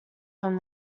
from